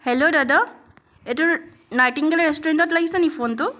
hello দাদা এইটো Nightingale ৰেষ্টুৰেণ্টত লাগিছেনি ফোনটো